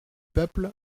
peuple